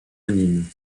anime